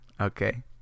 okay